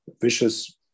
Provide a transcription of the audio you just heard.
vicious